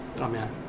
Amen